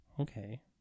okay